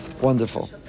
Wonderful